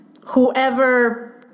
Whoever